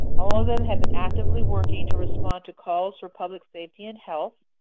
all of them have been actively working to respond to calls for public safety and health.